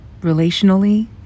relationally